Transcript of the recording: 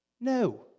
No